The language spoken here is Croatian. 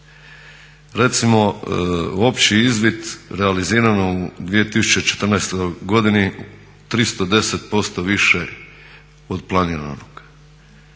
Recimo opći izvid realizirano u 2014.godini 310% više od planiranog.